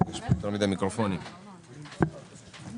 אנחנו